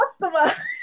customer